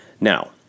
Now